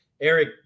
Eric